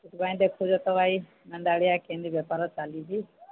ସେଥିପାଇଁ ଦେଖୁଛ ତ ଭାଇ ମାନ୍ଦାଳିଆ କେମିତି ବେପାର ଚାଲିଛି